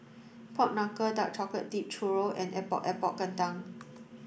pork knuckle dark chocolate dipped churro and Epok Epok Kentang